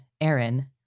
Aaron